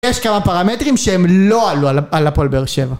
יש כמה פרמטרים שהם לא עלו על הפועל באר שבע